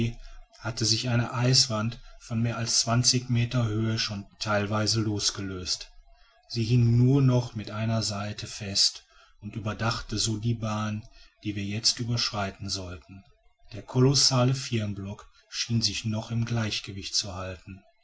hatte sich eine eiswand von mehr als zwanzig meter höhe schon theilweise losgelöst sie hing nur noch mit einer seite fest und überdachte so die bahn die wir jetzt überschreiten sollten der kolossale firnblock schien sich noch im gleichgewicht zu halten